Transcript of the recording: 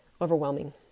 overwhelming